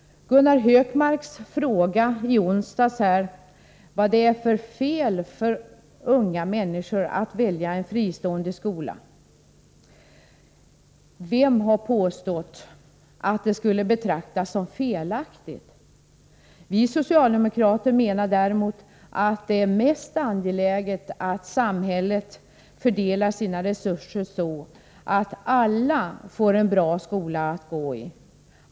Gunnar Hökmark frågade i onsdags om det var fel att unga människor valde en fristående skola. Vem har påstått att det skulle betraktas såsom felaktigt? Vi socialdemokrater menar däremot att det är mest angeläget att samhället fördelar sina resurser så att alla får en bra skola att gå i.